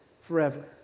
forever